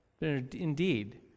Indeed